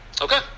Okay